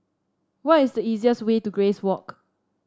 what is the easiest way to Grace Walk